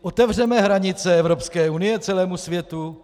Otevřeme hranice Evropské unie celému světu?